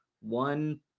one